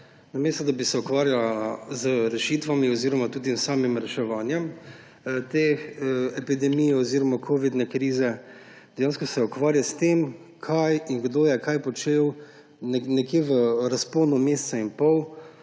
namesto da bi se ukvarjala z rešitvami oziroma tudi s samim reševanjem te epidemije oziroma covidne krize, se dejansko ukvarja s tem, kaj in kdo je kaj počel nekje v razponu meseca in pol,